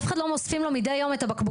אף אחד לא אוספים לו מידי יום את הבקבוקים.